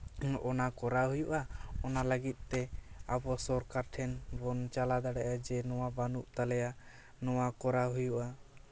ᱚᱱᱟ ᱠᱚᱨᱟᱣ ᱦᱩᱭᱩᱜᱼᱟ ᱚᱱᱟ ᱞᱟᱹᱜᱤᱫ ᱛᱮ ᱟᱵᱚ ᱥᱚᱨᱠᱟᱨ ᱴᱷᱮᱱ ᱵᱚᱱ ᱪᱟᱞᱟᱣ ᱫᱟᱲᱮᱭᱟᱜᱼᱟ ᱡᱮ ᱱᱚᱣᱟ ᱵᱟᱹᱱᱩᱜ ᱛᱟᱞᱮᱭᱟ ᱱᱚᱣᱟ ᱠᱚᱨᱟᱣ ᱦᱩᱭᱩᱜᱼᱟ